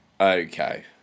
Okay